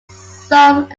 some